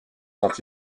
sont